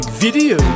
video